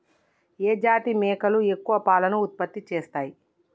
ఏ జాతి మేకలు ఎక్కువ పాలను ఉత్పత్తి చేస్తయ్?